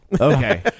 Okay